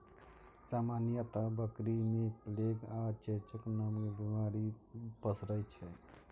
सामान्यतः बकरी मे प्लेग आ चेचक नामक बीमारी पसरै छै